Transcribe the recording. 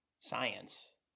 science